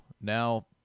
now